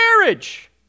marriage